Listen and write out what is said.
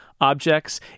objects